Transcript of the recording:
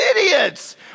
idiots